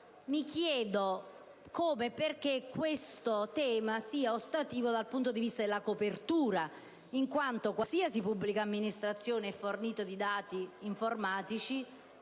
Mi chiedo perché questo tema sia ostativo dal punto di vista della copertura finanziaria, in quanto qualsiasi pubblica amministrazione è fornita di strumenti informatici